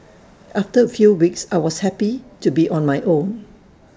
after A few weeks I was happy to be on my own